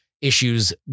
issues